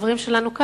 חברים שלנו כאן,